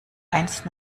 eins